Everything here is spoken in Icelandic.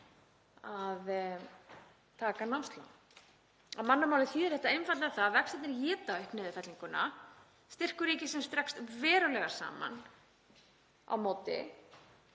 að taka námslán. Á mannamáli þýðir þetta einfaldlega það að vextirnir éta upp niðurfellinguna, styrkur ríkisins dregst verulega saman á móti.